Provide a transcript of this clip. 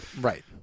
Right